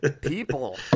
People